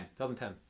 2010